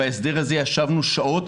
בהסדר הזה ישבנו שעות,